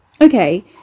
Okay